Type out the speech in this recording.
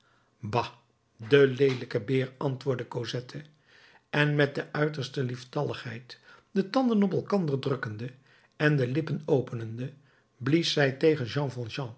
de leelijke beer antwoordde cosette en met de uiterste lieftalligheid de tanden op elkander drukkende en de lippen openende blies zij tegen